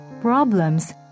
problems